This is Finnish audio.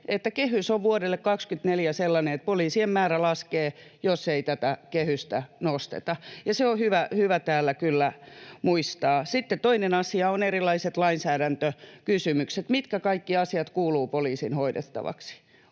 kehys on vuodelle 24 sellainen, että poliisien määrä laskee, jos ei tätä kehystä nosteta. Se on hyvä täällä kyllä muistaa. Sitten toinen asia on erilaiset lainsäädäntökysymykset. Mitkä kaikki asiat kuuluvat poliisin hoidettavaksi?